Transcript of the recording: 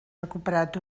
recuperat